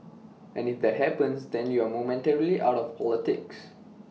and if that happens then you're momentarily out of politics